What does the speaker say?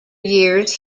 years